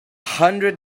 hundred